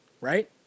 right